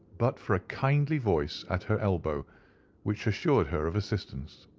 but for a kindly voice at her elbow which assured her of assistance.